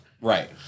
Right